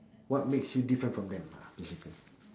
what makes you different from them lah basically